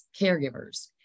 caregivers